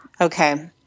Okay